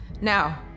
Now